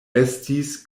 estis